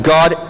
God